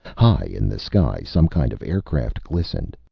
high in the sky, some kind of aircraft glistened.